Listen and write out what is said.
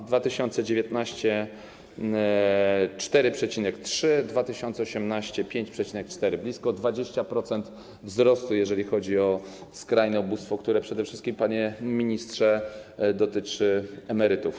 W 2017 r. - 4,3, w 2018 r. - 5,4. Blisko 20% wzrostu, jeżeli chodzi o skrajne ubóstwo, które przede wszystkim, panie ministrze, dotyczy emerytów.